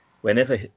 whenever